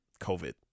COVID